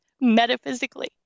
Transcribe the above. metaphysically